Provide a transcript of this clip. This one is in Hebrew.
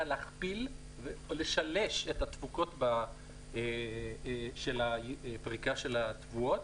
להכפיל או לשלש את התפוקות של הפריקה של התבואות.